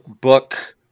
book